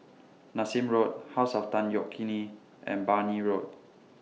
Nassim Road House of Tan Yeok Nee and Brani Road